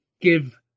give